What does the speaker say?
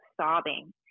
sobbing